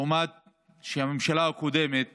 לעומת זה שהממשלה הקודמת